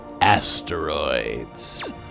Asteroids